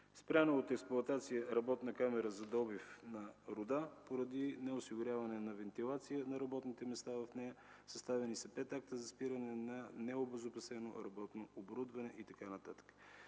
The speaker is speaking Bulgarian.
Спряна от експлоатация е работна камера за добив на руда, поради неосигуряване на вентилация на работните места в нея. Съставени са 5 акта за спиране на необезопасено работно оборудване и така